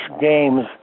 games